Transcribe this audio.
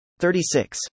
36